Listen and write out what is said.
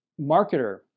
marketer